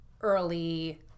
early